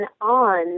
on